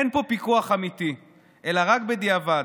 אין פה פיקוח אמיתי אלא רק בדיעבד,